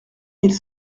mille